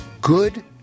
Good